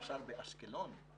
באשקלון למשל,